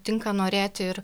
tinka norėti ir